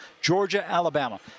Georgia-Alabama